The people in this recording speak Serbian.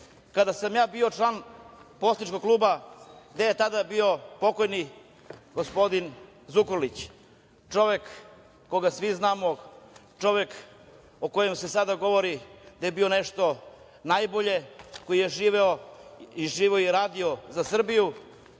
kada sam bio član poslaničkog kluba gde je bio pokojni gospodin Zukorlić, čovek koga svi znamo. Čovek o kome se sada govori da je bio nešto najbolje, koji je živeo i radio za Srbiju,